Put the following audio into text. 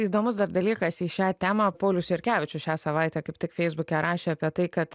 įdomus dar dalykas į šią temą paulius jurkevičius šią savaitę kaip tik feisbuke rašė apie tai kad